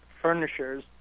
furnishers